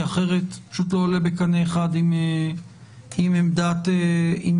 כי אחרת זה פשוט לא עולה בקנה אחד עם עמדת הממשלה.